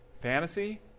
fantasy